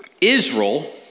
Israel